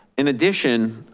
in addition,